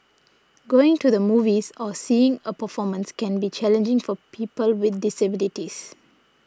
going to the movies or seeing a performance can be challenging for people with disabilities